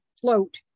float